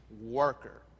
worker